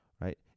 right